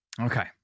okay